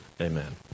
amen